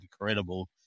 incredible